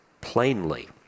plainly